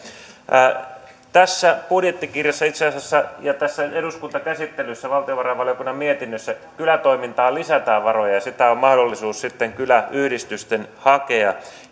itse asiassa tässä budjettikirjassa ja tässä eduskuntakäsittelyssä valtiovarainvaliokunnan mietinnössä kylätoimintaan lisätään varoja ja tätä valtionapua on mahdollisuus sitten kyläyhdistysten hakea